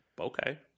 Okay